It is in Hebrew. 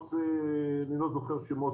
אני לא זוכר שמות.